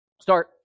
Start